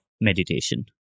meditation